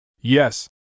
Yes